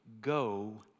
Go